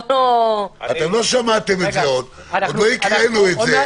עוד לא שמעתם את זה, עוד לא קראנו את זה.